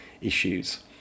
issues